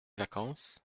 vacances